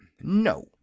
No